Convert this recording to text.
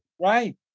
Right